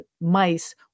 Mice